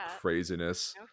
craziness